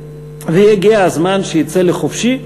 והגיע הזמן שהוא יצא לחופשי.